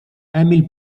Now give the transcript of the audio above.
emil